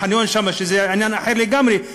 החניון שם זה עניין אחר לגמרי,